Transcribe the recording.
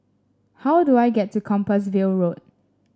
how do I get to Compassvale Road